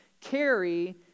carry